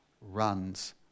runs